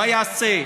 מה יעשה,